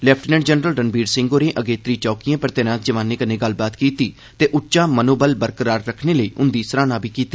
lieutenant general Ranbir Singh होरें अगेत्री चैकिएं पर तैनात जवानें कन्नै गल्लबात कीती ते उच्चा मनोबल बरकरार रक्खने लेई उंदी सराहना बी कीती